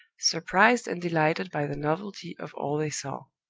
surprised and delighted by the novelty of all they saw.